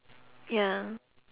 ya